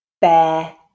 Bear